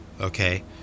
okay